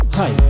hi